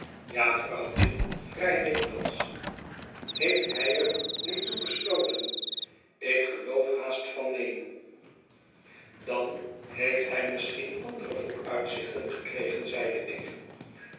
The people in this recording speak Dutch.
ja vrouwtje vrij dikwijls heeft hij er nu toe besloten ik geloof haast van neen dan heeft hij misschien andere vooruitzichten gekregen zeide ik